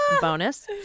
Bonus